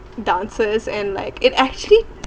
dances and like it actually